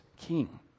king